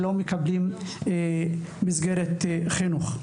שלא מקבלים מסגרת חינוך.